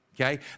Okay